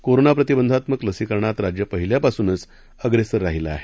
corona प्रतिबंधात्मक लसीकरणात राज्य पहिल्यापासूनच अग्रसेर राहीलं आहे